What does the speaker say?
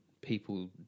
people